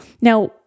Now